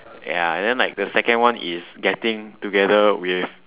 ya then like the second one is getting together with